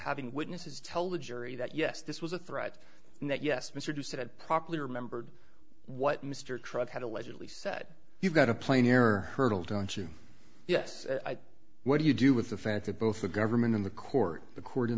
having witnesses tell the jury that yes this was a threat and that yes mr du said it properly remembered what mr truck had allegedly said you've got a plane here hurdle don't you yes what do you do with the fact that both the government and the court the court in